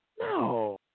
No